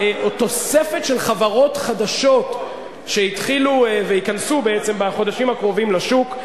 התוספת של חברות חדשות שהתחילו וייכנסו בחודשים הקרובים לשוק,